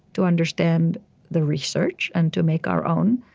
to understand the research, and to make our own.